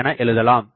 என எழுதலாம்